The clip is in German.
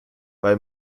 bei